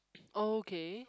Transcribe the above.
okay